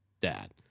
dad